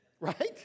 Right